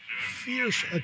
fierce